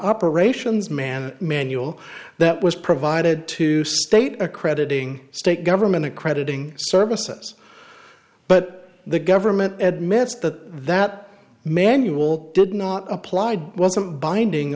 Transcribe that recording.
operations manager manual that was provided to state accrediting state government accrediting services but the government admits that that manual did not applied wasn't binding